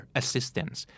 assistance